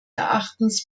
erachtens